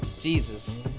Jesus